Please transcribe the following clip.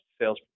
sales